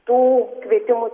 tų kvietimų